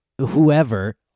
whoever